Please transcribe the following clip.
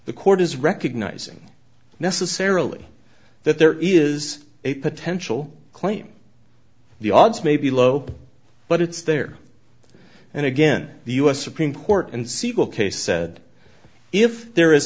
the court is recognizing necessarily that there is a potential claim the odds may be low but it's there and again the u s supreme court and civil case said if there is